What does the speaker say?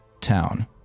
town